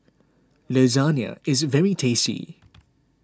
Lasagna is very tasty